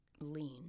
Lean